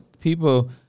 people